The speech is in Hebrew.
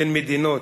בין מדינות.